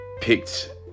picked